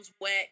wet